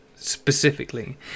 specifically